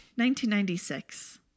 1996